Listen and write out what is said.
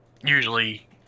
usually